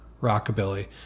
rockabilly